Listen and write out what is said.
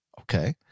Okay